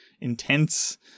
intense